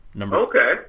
Okay